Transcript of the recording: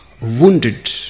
wounded